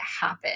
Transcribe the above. happen